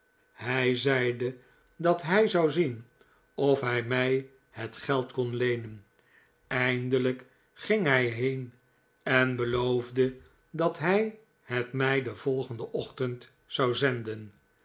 hij zeide dat hij zou zien of hij mij het geld kon leenen eindelijk ging hij heen en beloofde dat hij het mij den volgenden ochtend zou zenden